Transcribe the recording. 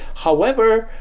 however,